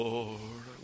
Lord